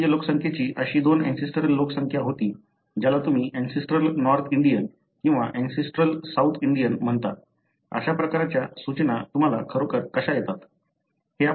भारतीय लोकसंख्येची अशी दोन अँसेस्ट्रल लोकसंख्या होती ज्याला तुम्ही अँसेस्ट्रल नॉर्थ इंडियन किंवा अँसेस्ट्रल साऊथ इंडियन म्हणता अशा प्रकारच्या सूचना तुम्हाला खरोखर कशा येतात